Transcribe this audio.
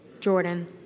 Jordan